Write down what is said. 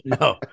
No